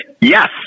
Yes